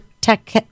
tech